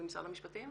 משרד המשפטים?